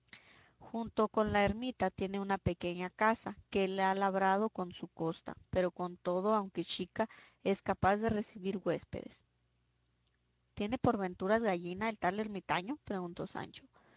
junto con la ermita tiene una pequeña casa que él ha labrado a su costa pero con todo aunque chica es capaz de recibir huéspedes tiene por ventura gallinas el tal ermitaño preguntó sancho